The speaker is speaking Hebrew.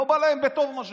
לא בא להם בטוב, מה שנקרא,